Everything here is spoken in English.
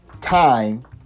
Time